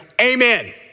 Amen